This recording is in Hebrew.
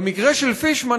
במקרה של פישמן,